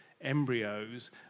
embryos